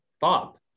Bob